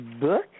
book